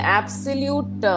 absolute